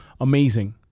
amazing